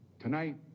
Tonight